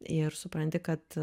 ir supranti kad